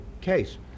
case